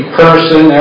person